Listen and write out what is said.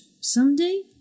someday